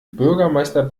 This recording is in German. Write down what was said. bürgermeister